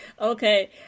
Okay